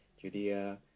judea